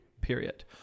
period